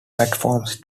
platforms